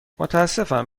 متأسفم